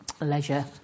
Leisure